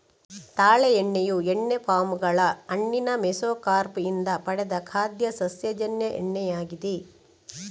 ತಾಳೆ ಎಣ್ಣೆಯು ಎಣ್ಣೆ ಪಾಮ್ ಗಳ ಹಣ್ಣಿನ ಮೆಸೊಕಾರ್ಪ್ ಇಂದ ಪಡೆದ ಖಾದ್ಯ ಸಸ್ಯಜನ್ಯ ಎಣ್ಣೆಯಾಗಿದೆ